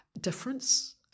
difference